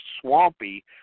swampy